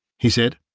he said,